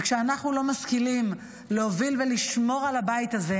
וכשאנחנו לא משכילים להוביל ולשמור על הבית הזה,